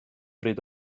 bryd